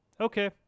okay